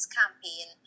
campaign